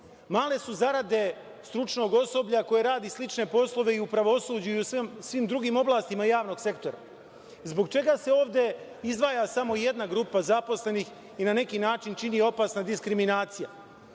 male su zarade stručnog osoblja koje radi slične poslove i u pravosuđu i u svim drugim oblastima javnog sektora. Zbog čega se ovde izdvaja samo jedna grupa zaposlenih i na neki način čini opasna diskriminacija? Vlada